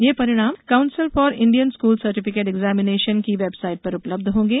ये परिणाम council for Indian school certificate examination की वेबसाइट पर उपलब्ध होंगे